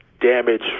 damage